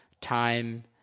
time